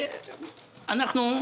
אנחנו,